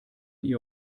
ihr